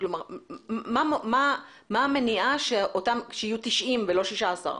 מה המניעה שיהיו 90 ולא 16?